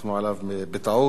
ושפסחנו עליו בטעות,